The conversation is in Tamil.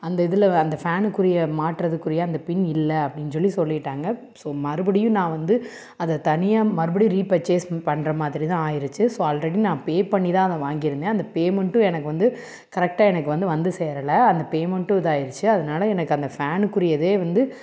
அந்த இதில் அந்த ஃபேனுக்குரிய மாட்டுறதுக்குரிய அந்த பின் இல்லை அப்படின் சொல்லி சொல்லிவிட்டாங்க ஸோ மறுபடியும் நான் வந்து அதை தனியாக மறுபடியும் ரீபர்ச்சேஸ் பண்ணுற மாதிரி தான் ஆயிருச்சு ஸோ ஆல்ரெடி நான் பே பண்ணி தான் அதை வாங்கிருந்தேன் அந்த பேமெண்ட்டும் எனக்கு வந்து கரெக்டாக எனக்கு வந்து வந்து சேரலை அந்த பேமண்ட்டும் இதாகிருச்சி அதானால எனக்கு அந்த ஃபேனுக்குரியதே வந்து